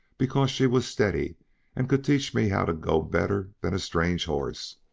because she was steady and could teach me how to go better than a strange horse.